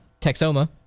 Texoma